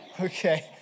Okay